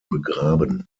begraben